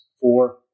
Four